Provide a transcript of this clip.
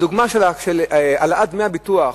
הדוגמה של העלאת דמי הביטוח